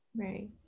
Right